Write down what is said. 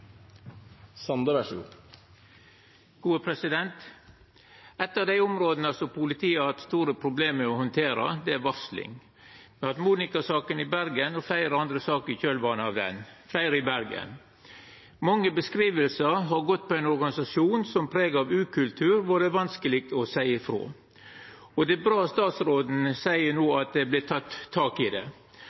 har hatt Monica-saken i Bergen og fleire andre saker i kjølvatnet av den – fleire i Bergen. Mange beskrivingar har gått på ein organisasjon som er prega av ukultur, og der det er vanskeleg å seia ifrå. Det er bra at statsråden no seier at det vert tatt tak i dette. For det